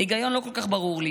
ההיגיון לא כל כך ברור לי.